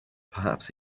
perhaps